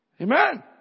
Amen